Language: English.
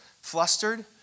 flustered